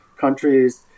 countries